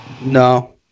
No